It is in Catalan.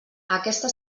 aquesta